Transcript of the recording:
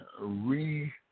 re-